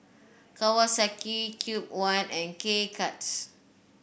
Kawasaki Cube I and K Cuts